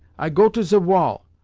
i go to ze wall,